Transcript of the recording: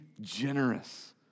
generous